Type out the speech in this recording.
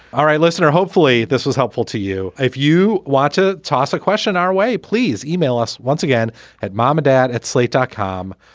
all right. listen, hopefully this was helpful to you. if you want to toss a question our way, please email us once again at mom or dad at slate dot com.